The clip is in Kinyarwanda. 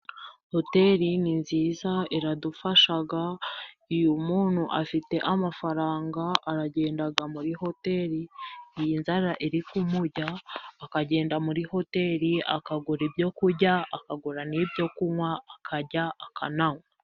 Hoteri ni nziza, iradufasha, iyo umuntu afite amafaranga, aragenda muri hoteri, iyo inzara iri kumurya, akagenda muri hoteri, akagura ibyo kurya, akagura n'ibyo kunywa, akarya, akananywa.